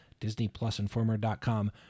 DisneyPlusInformer.com